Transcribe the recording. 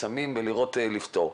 קסמים ולפתור.